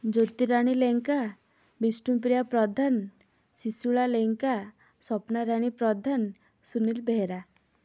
Jyotirani Lenka Bishnupriya Pradhan Sisula Lenka Swapnarani Pradhan Sunil Behera